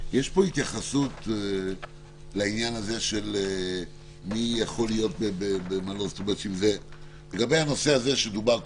יש פה התייחסות לעניין הזה של הנושא שדובר קודם,